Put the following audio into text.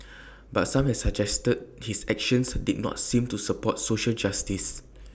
but some have suggested his actions did not seem to support social justice